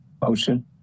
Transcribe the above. Motion